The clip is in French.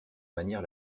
manière